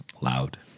loud